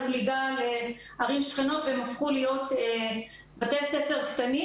זליגה לערים שכנות והם הפכו להיות בתי ספר קטנים,